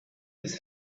his